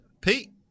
Pete